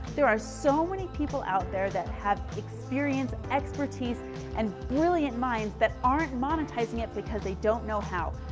there are so many people out there that have experienced expertise and brilliant minds that aren't monetizing it because they don't know how.